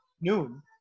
noon